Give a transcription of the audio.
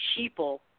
sheeple